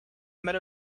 met